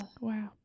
Wow